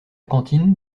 cantine